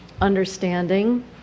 understanding